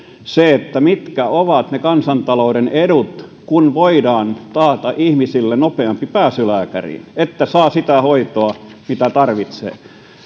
se mitkä ovat ne kansantalouden edut kun voidaan taata ihmisille nopeampi pääsy lääkäriin jotta saa sitä hoitoa mitä tarvitsee